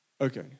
okay